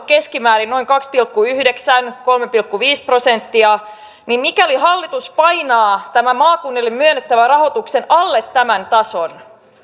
keskimäärin noin kaksi pilkku yhdeksän viiva kolme pilkku viisi prosenttia ja mikäli hallitus painaa maakunnille myönnettävän rahoituksen alle tämän tason